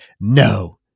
No